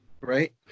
Right